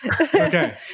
Okay